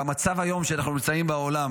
והמצב היום הוא שאנחנו נמצאים בעולם